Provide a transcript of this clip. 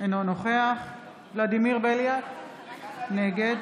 אינו נוכח ולדימיר בליאק, נגד